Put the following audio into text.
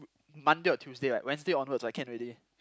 Monday or Tuesday like Wednesday onwards I can't really